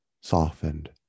softened